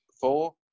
four